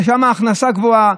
ששם ההכנסה גבוהה,